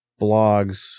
blogs